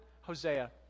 Hosea